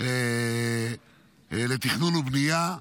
לתכנון ולבנייה,